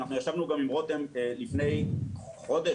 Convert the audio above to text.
ישבנו גם עם רותם לפני כחודש,